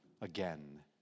again